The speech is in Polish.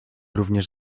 również